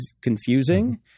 confusing